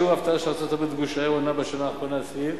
שיעור האבטלה בארצות-הברית ובגוש היורו נע בשנה האחרונה סביב?